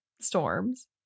storms